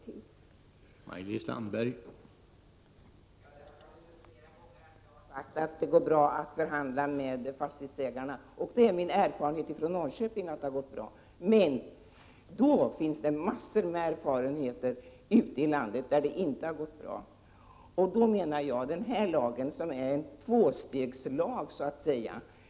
16 december 1987